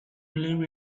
live